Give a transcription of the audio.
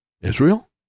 Israel